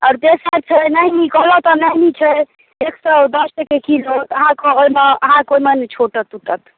आओर तेसर छै नैनी कहलहुँ तऽ नैनी छै एक सए दश टके किलो तऽ अहाँके ओहिमे अहाँके ओहिमे नहि छूटत टूटत